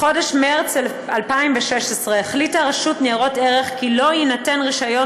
בחודש מרס 2016 החליטה רשות ניירות ערך כי לא יינתן רישיון